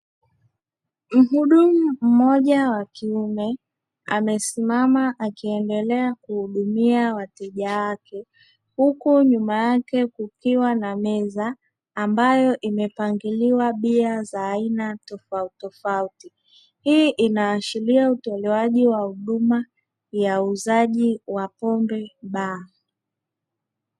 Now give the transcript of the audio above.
Mhudumu mmoja wakiume amesimama akiendelea kuhudumia wateja wake huku nyuma yake kukiwa na meza ambayo imepangiliwa bia za aina tofauti tofauti hii inaashiria utolewaji wa huduma ya uuzaji wa pombe baa.